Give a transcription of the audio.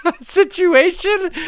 situation